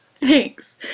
Thanks